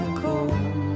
cold